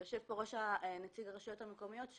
יושב פה נציג הרשויות המקומיות.